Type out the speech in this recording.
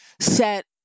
set